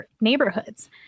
neighborhoods